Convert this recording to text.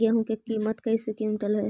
गेहू के किमत कैसे क्विंटल है?